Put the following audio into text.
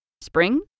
spring